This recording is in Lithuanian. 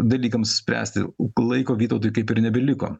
dalykams spręsti laiko vytautui kaip ir nebeliko